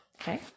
Okay